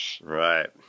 Right